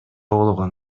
болгон